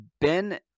ben